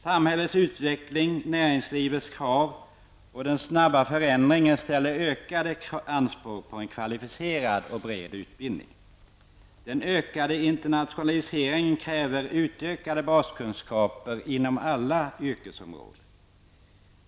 Samhällets utveckling, näringslivets krav och den snabba förändringen ställer ökade anspråk på en kvalificerad och bred utbildning. Den ökande internationaliseringen kräver utökade baskunskaper inom alla yrkesområden.